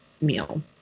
meal